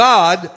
God